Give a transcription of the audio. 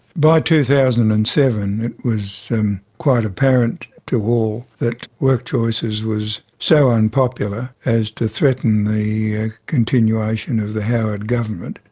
by two thousand and seven it was quite apparent to all that workchoices was so unpopular as to threaten the continuation of the howard government.